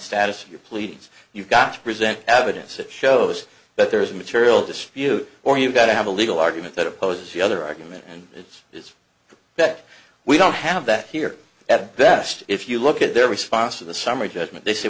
status of your pleadings you've got to present evidence that shows that there's a material dispute or you've got to have a legal argument that opposes the other argument and it's is that we don't have that here at best if you look at their response to the summary judgment they sa